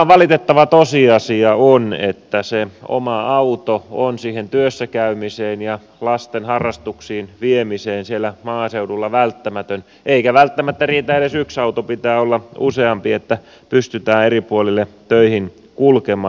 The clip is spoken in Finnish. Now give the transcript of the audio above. se valitettava tosiasia vain on että se oma auto on siihen työssä käymiseen ja lasten harrastuksiin viemiseen siellä maaseudulla välttämätön eikä välttämättä riitä edes yksi auto pitää olla useampi että pystytään eri puolille töihin kulkemaan